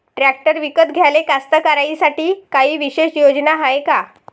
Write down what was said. Tractor विकत घ्याले कास्तकाराइसाठी कायी विशेष योजना हाय का?